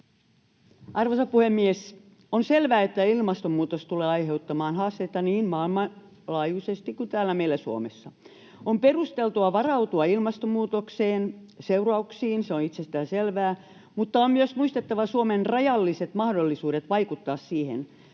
Arvoisa puhemies! On selvää, että ilmastonmuutos tulee aiheuttamaan haasteita niin maailmanlaajuisesti kuin täällä meillä Suomessa. On perusteltua varautua ilmastonmuutokseen ja sen seurauksiin, se on itsestään selvää, mutta on myös muistettava Suomen rajalliset mahdollisuudet vaikuttaa siihen.